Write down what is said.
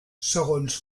segons